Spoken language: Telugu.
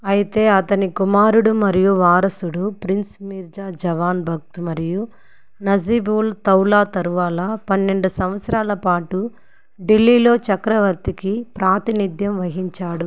అయితే అతని కుమారుడు మరియు వారసుడు ప్రిన్స్ మీర్జా జవాన్ భక్త్ మరియు నజీబుల్ దౌలా తరువాల పన్నెండు సంవత్సరాలపాటు ఢిల్లీలో చక్రవర్తికి ప్రాతినిధ్యం వహించాడు